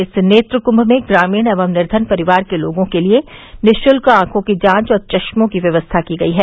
इस नेत्र कुंभ में ग्रामीण एवं निर्धन परिवार के लोगों के लिए निशुल्क आंखों की जांच और चश्मे की व्यवस्था की गई है